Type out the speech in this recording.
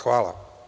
Hvala.